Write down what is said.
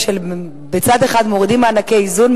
מצד אחד מורידים מענקי איזון,